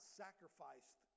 sacrificed